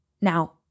Now